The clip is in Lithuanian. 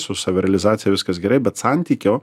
su savirealizacija viskas gerai bet santykio